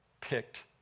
picked